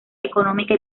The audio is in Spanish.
económica